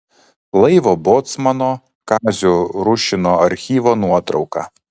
laivo bocmano kazio rušino archyvo nuotrauka